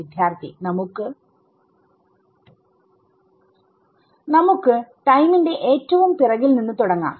വിദ്യാർത്ഥി നമുക്ക് നമുക്ക് ടൈമിന്റെ ഏറ്റവും പിറകിൽ നിന്ന് തുടങ്ങാം